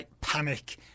panic